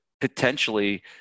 potentially